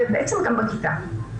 ובעצם גם בכיתה.